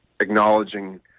acknowledging